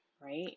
right